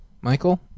Michael